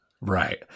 Right